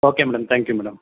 okay madam thank you madam